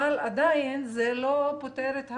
אבל עדיין זה לא פותר את הבעיה.